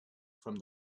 from